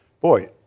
boy